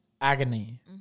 agony